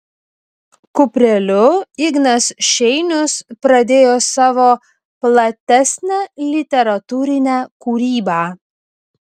kupreliu ignas šeinius pradėjo savo platesnę literatūrinę kūrybą